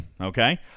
Okay